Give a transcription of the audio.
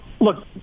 look